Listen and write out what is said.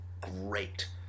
great